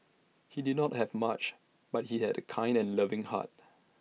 he did not have much but he had A kind and loving heart